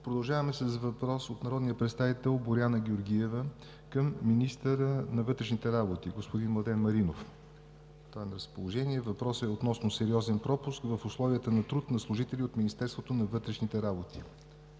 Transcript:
Продължаваме с въпрос от народния представител Боряна Георгиева към министъра на вътрешните работи господин Младен Маринов. Въпросът е относно сериозен пропуск в условията на труд на служители от Министерството на вътрешните работи.